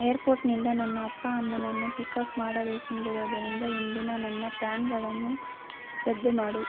ಏರ್ಪೋರ್ಟ್ನಿಂದ ನನ್ನ ಅಪ್ಪ ಅಮ್ಮನನ್ನು ಪಿಕಪ್ ಮಾಡಬೇಕಿರುವುದರಿಂದ ಇಂದಿನ ನನ್ನ ಪ್ಯಾನ್ಗಳನ್ನು ರದ್ದು ಮಾಡು